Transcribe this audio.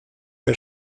are